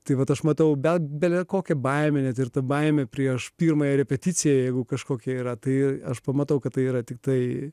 tai vat aš matau bet belekokią baimę net ir ta baimė prieš pirmąją repeticiją jeigu kažkokia yra tai aš pamatau kad tai yra tiktai